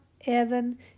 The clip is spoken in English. Evan